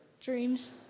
Dreams